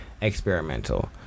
experimental